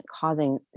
causing